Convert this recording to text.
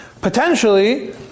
potentially